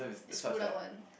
they screwed up one